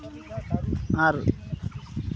ᱟᱨ